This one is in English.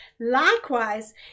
likewise